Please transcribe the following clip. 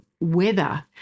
weather